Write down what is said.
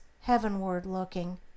heavenward-looking